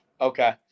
Okay